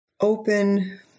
open